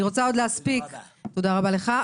תודה רבה לך.